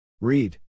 Read